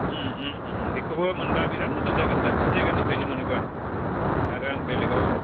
बेखौबो मोनबा बिराद मोजां जागोन दाबसे जायगानिफ्रायनो मोनोब्ला आरो आं बेलेगाव